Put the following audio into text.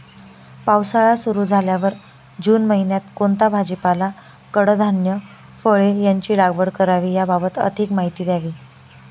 पावसाळा सुरु झाल्यावर जून महिन्यात कोणता भाजीपाला, कडधान्य, फळे यांची लागवड करावी याबाबत अधिक माहिती द्यावी?